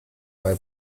bei